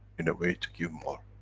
in a way to give more.